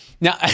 Now